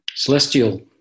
Celestial